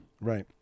Right